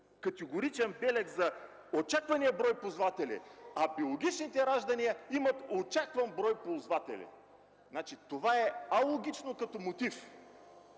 категоричен белег за очаквания брой ползватели, а биологичните раждания имат очакван брой ползватели! Това е алогично като мотив